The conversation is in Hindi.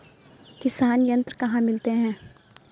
किसान यंत्र कहाँ मिलते हैं?